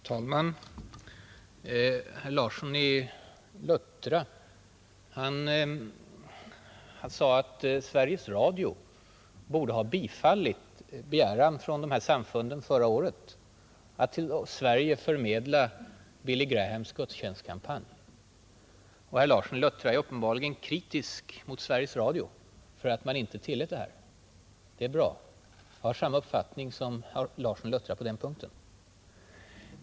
Herr talman! Herr Larsson i Luttra sade att Sveriges Radio borde ha bifallit ansökan från dessa samfund förra året att till Sverige förmedla Billy Grahams gudstjänstkampanj. Herr Larsson är uppenbarligen kritisk mot Sveriges Radio för att man inte tillät detta. Det är bra — jag har samma uppfattning som herr Larsson på den punkten.